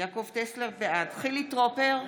חילי טרופר,